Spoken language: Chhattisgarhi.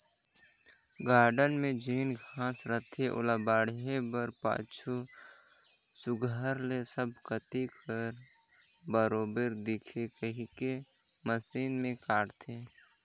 गारडन में जेन घांस रहथे ओला बाढ़े कर पाछू सुग्घर ले सब कती एक बरोबेर दिखे कहिके मसीन में काटथें